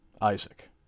Isaac